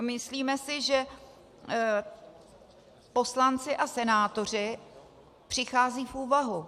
Myslíme si, že poslanci a senátoři přicházejí v úvahu.